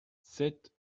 sept